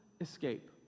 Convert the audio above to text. escape